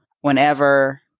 whenever